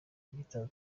duhita